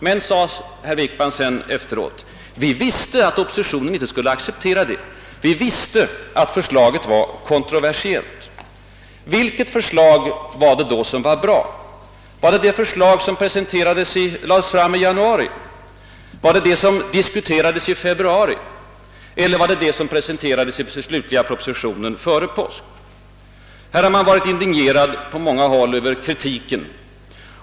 »Men», sade herr Wickman sedan, »vi visste att oppositionen inte skulle godtaga förslaget, vi visste att det var kontroversiellt.» Vilket förslag var det som var »bra», det som fördes fram i januari, det som diskuterades i februari eller det som presenterades i propositionen före påsk? På socialdemokratiskt håll har man varit indignerad över kritiken av bankprojektet.